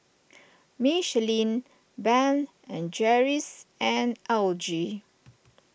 Michelin Ben and Jerry's and L G